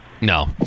No